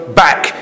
back